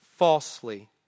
Falsely